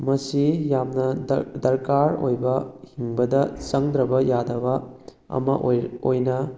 ꯃꯁꯤ ꯌꯥꯝꯅ ꯗꯔꯀꯥꯔ ꯑꯣꯏꯕ ꯍꯤꯡꯕꯗ ꯆꯪꯗ꯭ꯔꯕ ꯌꯥꯗꯕ ꯑꯃ ꯑꯣꯏꯅ